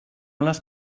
les